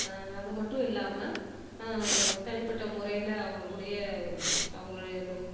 அது மட்டும் இல்லாமல் தனிப்பட்ட முறையில் அவங்ககூடைய அவங்கள